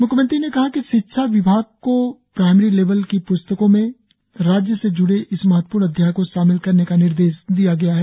म्ख्यमंत्री ने कहा कि शिक्षा विभाग को प्राइमरी लेवल की प्स्तकों में राज्य से जुड़े इस महत्वपूर्ण अध्याय को शामिल करने का निर्देश दिया गया है